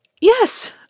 yes